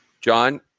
John